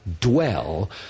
Dwell